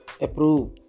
approve